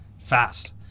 Fast